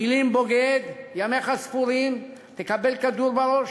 המילים 'בוגד', 'ימיך ספורים', 'תקבל כדור בראש'"